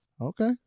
Okay